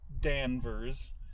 Danvers